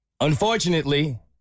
unfortunately